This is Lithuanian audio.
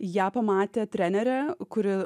ją pamatė trenerę kuri